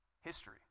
history